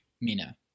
Mina